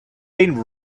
been